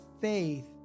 faith